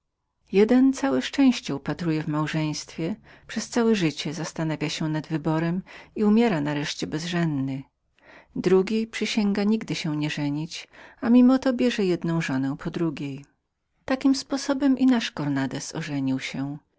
jeden całe szczęście upatruje w małżeństwie przez całe życie myśli tylko nad wyborem i umiera nareszcie w bezżeństwie drugi przysięga nigdy się nie żenić pomimo to bierze jedną żonę po drugiejdrugiej takim sposobem i nasz cornandez ożenił się